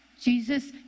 Jesus